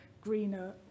greener